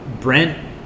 Brent